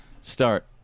start